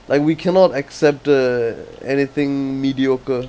like we cannot accept uh anything mediocre